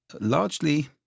largely